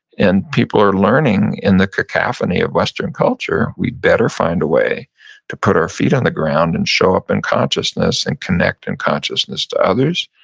and people are learning in the cacophony of western culture, we better find a way to put our feet on the ground and show up in and consciousness and connect in consciousness to others.